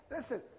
Listen